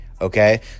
Okay